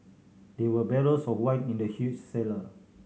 there were barrels of wine in the huge cellar